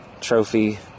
trophy